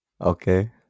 Okay